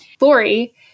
Lori